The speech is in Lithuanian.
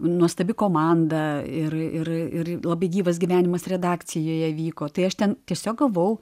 nuostabi komanda ir ir ir labai gyvas gyvenimas redakcijoje vyko tai aš ten tiesiog gavau